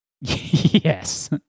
Yes